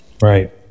Right